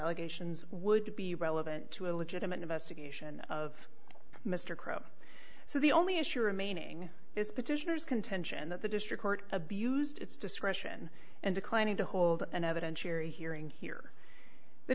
allegations would be relevant to a legitimate investigation of mr crow so the only issue remaining is petitioners contention that the district court abused its discretion and declining to hold an evidentiary hearing here the